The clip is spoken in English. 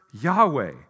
Yahweh